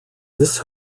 this